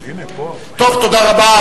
טוב, תודה רבה.